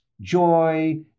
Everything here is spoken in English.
joy